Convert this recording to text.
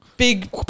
Big